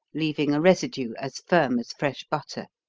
leaving a residue as firm as fresh butter.